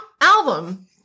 album